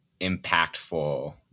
impactful